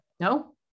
No